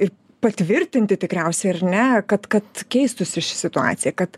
ir patvirtinti tikriausiai ar ne kad kad keistųsi ši situacija kad